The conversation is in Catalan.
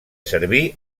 servir